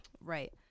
Right